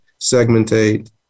segmentate